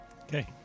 Okay